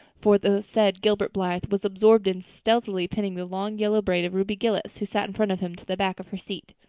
for the said gilbert blythe was absorbed in stealthily pinning the long yellow braid of ruby gillis, who sat in front of him, to the back of her seat.